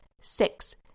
Six